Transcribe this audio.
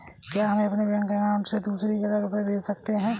क्या हम अपने बैंक अकाउंट से दूसरी जगह रुपये भेज सकते हैं?